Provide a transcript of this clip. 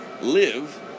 live